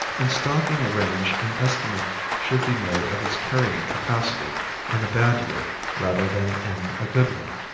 in stocking a range an estimate should be made of its carrying capacity in a bad year rather than in a good one,